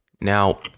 Now